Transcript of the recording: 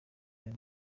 iyo